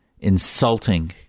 insulting